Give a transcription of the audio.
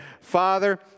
Father